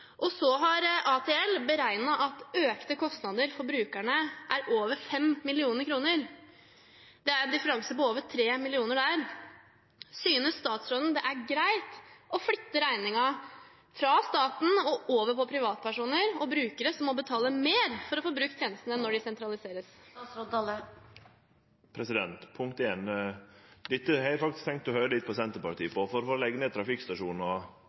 ATL har beregnet at økte kostnader for brukerne er over 5 mill. kr. Det er en differanse på over 3 mill. kr der. Synes statsråden det er greit å flytte regningen fra staten og over på privatpersoner og brukere, som må betale mer for å få brukt tjenestene når de sentraliseres? Dette har eg faktisk tenkt å høyre litt med Senterpartiet om, for å leggje ned